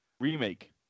remake